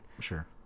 Sure